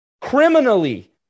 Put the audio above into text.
criminally –